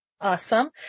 Awesome